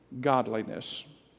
godliness